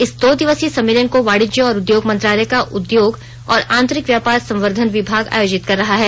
इस दो दिवसीय सम्मेलन को वाणिज्य और उद्योग मंत्रालय का उद्योग और आंतरिक व्यापार संवर्धन विभाग आयोजित कर रहा है